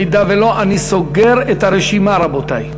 אם לא, אני סוגר את הרשימה, רבותי.